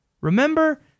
Remember